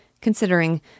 considering